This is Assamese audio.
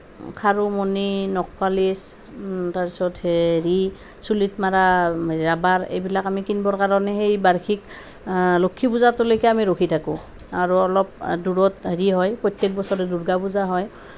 খাৰু মণি নখপালিচ তাৰপিছত হেৰি চুলিত মাৰা ৰাবাৰ এইবিলাক আমি কিনিবৰ কাৰণে সেই বাৰ্ষিক লক্ষী পূজাটোলৈকে আমি ৰখি থাকোঁ আৰু অলপ দূৰত হেৰি হয় প্ৰত্যেক বছৰে দূৰ্গা পূজা হয়